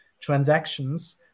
transactions